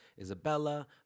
Isabella